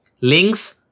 Links